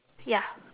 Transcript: ya